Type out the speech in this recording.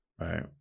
right